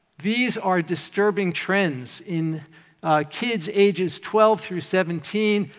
these are disturbing trends in kids ages twelve through seventeen,